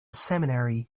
seminary